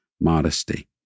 modesty